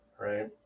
Right